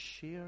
share